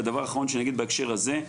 והדבר האחרון שאגיד בהקשר הזה,